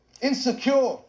Insecure